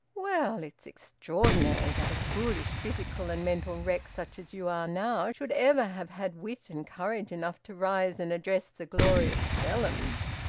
well, it's extraordinary that a foolish physical and mental wreck such as you are now, should ever have had wit and courage enough to rise and address the glorious felons!